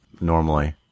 normally